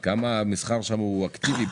עד כמה המסחר שם הוא אקטיבי,